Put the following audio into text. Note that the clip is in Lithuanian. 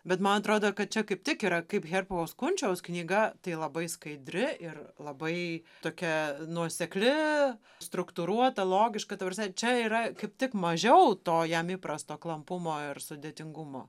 bet man atrodo kad čia kaip tik yra kaip herkaus kunčiaus knyga tai labai skaidri ir labai tokia nuosekli struktūruota logiška ta prasme čia yra kaip tik mažiau to jam įprasto klampumo ir sudėtingumo